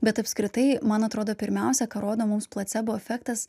bet apskritai man atrodo pirmiausia ką rodo mums placebo efektas